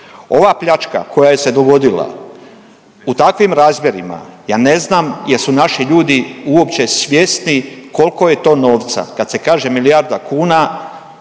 Ova pljačka koja se dogodila u takvim razmjerima, ja ne znam jesu naši ljudi uopće svjesni koliko je to novca. Kad se kaže milijarda kuna,